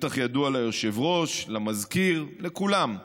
בטח ידוע ליושב-ראש, למזכיר, לכולם: